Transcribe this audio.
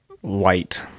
White